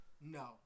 No